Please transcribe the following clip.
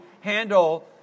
handle